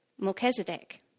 Melchizedek